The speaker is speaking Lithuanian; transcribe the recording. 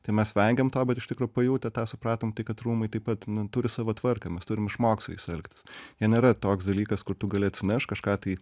tai mes vengiam to bet iš tikro pajautę tą supratom kad rūmai taip pat turi savo tvarką mes turim išmokt su jais elgtis jie nėra toks dalykas kur tu gali atsinešt kažką tai